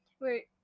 Wait